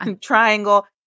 triangle